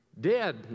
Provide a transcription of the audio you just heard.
dead